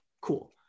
Cool